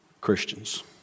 Christians